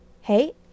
Hey